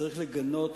צריך לגנות